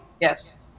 Yes